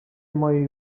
mojej